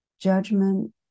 Judgment